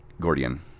Gordian